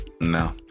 no